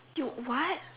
you what